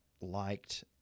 liked